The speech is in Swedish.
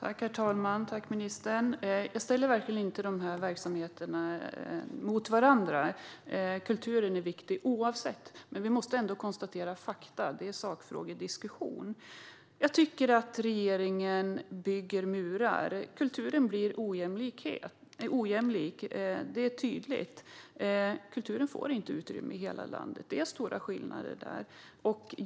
Herr talman! Jag ställer verkligen inte dessa verksamheter mot varandra, för kulturen är viktig oavsett. Men vi måste dock konstatera fakta; det är en sakfrågediskussion. Jag tycker att regeringen bygger murar. Det är tydligt att kulturen blir ojämlik. Kulturen får inte utrymme i hela landet; det är stora skillnader.